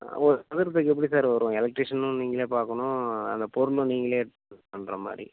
ஒரு சதுரத்துக்கு எப்படி சார் வரும் எலெக்ட்ரிஷனும் நீங்களே பார்க்கணும் அந்தப் பொருளும் நீங்களே எடுத்து பண்ணுற மாதிரி